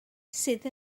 sydd